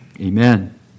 Amen